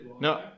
No